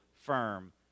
firm